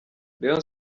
rayon